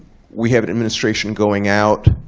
we have an administration going out.